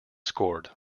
scored